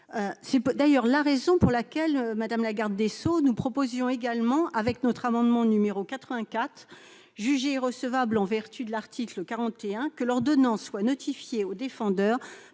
C'est d'ailleurs la raison pour laquelle, madame la garde des sceaux, nous proposions également, dans notre amendement n° 84, jugé irrecevable en vertu de l'article 41 de la Constitution, que l'ordonnance soit notifiée au défendeur